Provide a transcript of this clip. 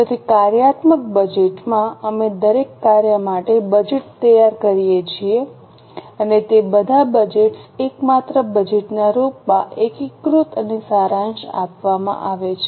તેથી કાર્યાત્મક બજેટમાં અમે દરેક કાર્ય માટે બજેટ તૈયાર કરીએ છીએ અને તે બધા બજેટ્સ એકમાત્ર બજેટના રૂપમાં એકત્રિત અને સારાંશ આપવામાં આવે છે